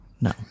no